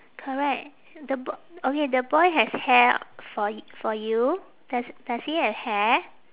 correct the b~ okay the boy has hair for y~ for you does does he have hair